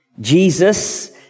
Jesus